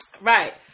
Right